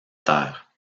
terre